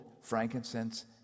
frankincense